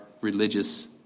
religious